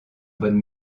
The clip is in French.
bonne